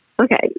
Okay